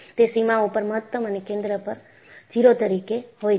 તે સીમા ઉપર મહત્તમ અને કેન્દ્રમાં 0 તરીકે હોય છે